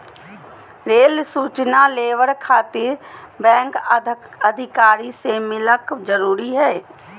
Rail सूचना labour खातिर bank अधिकारी से मिलक जरूरी है?